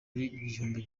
bihumbi